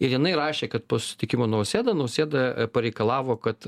ir jinai rašė kad po susitikimo nausėda nausėda pareikalavo kad